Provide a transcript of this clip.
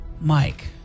Mike